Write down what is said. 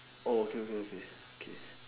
oh okay okay okay